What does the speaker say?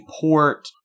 port